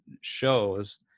shows